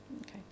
Okay